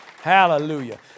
Hallelujah